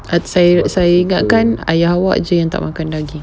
uh saya saya ingatkan ayah awak jer yang tak makan daging